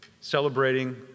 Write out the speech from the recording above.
celebrating